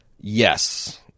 yes